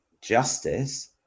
justice